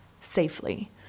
safely